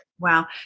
Wow